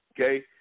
Okay